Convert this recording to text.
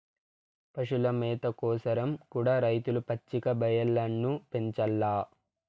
పశుల మేత కోసరం కూడా రైతులు పచ్చిక బయల్లను పెంచాల్ల